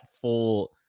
full